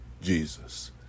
Jesus